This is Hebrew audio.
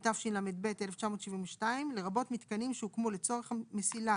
התשל"ב -1972 לרבות מיתקנים שהוקמו לצורך מסילה